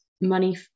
money